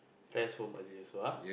rest home early also ah